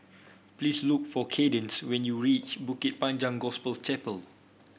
please look for Cadence when you reach Bukit Panjang Gospel Chapel